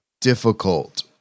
difficult